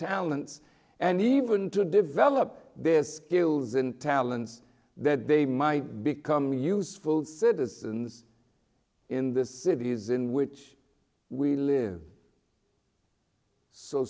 talents and even to develop their skills and talents that they might become useful citizens in the cities in which we live so